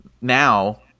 now